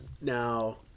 now